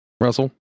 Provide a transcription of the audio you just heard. Russell